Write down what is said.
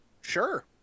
Sure